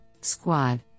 Squad